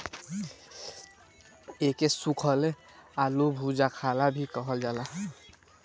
एके सुखल आलूबुखारा भी कहल जाला